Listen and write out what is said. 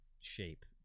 shape